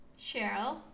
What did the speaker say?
Cheryl